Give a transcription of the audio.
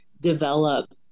develop